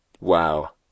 wow